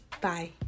Bye